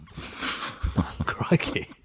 Crikey